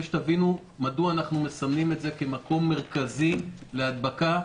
שתבינו מדוע אנחנו מסמנים את זה כמקום מרכזי להדבקה.